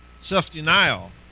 self-denial